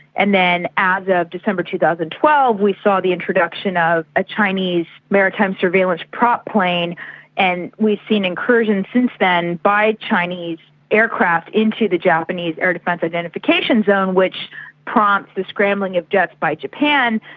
and then as of september two thousand and twelve we saw the introduction of a chinese maritime surveillance prop plane and we've seen incursions since then by chinese aircraft into the japanese air defence identification zone which prompts the scrambling of jets by japan.